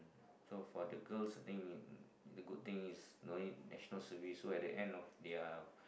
so for the girls being in the good thing is no need National Service so at the end of their